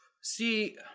See